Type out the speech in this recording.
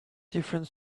different